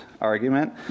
argument